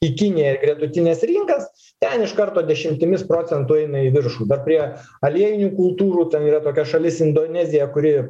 į kiniją ir gretutines rinkas ten iš karto dešimtimis procentų eina į viršų dar prie aliejinių kultūrų ten yra tokia šalis indonezija kuri